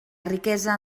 riquesa